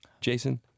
Jason